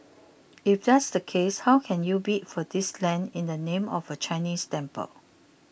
if that's the case how can you bid for this land in the name of a Chinese temple